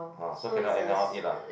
ah so cannot anyhow eat lah